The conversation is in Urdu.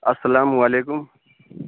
السلام علیکم